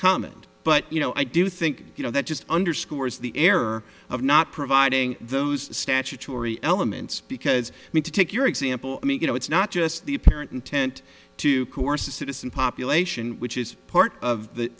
comment but you know i do think you know that just underscores the error of not providing those statutory elements because me to take your example i mean you know it's not just the apparent intent to coerce a citizen population which is part of the